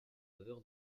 faveur